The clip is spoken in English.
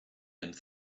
and